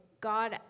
God